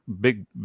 big